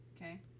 Okay